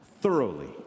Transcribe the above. thoroughly